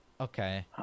Okay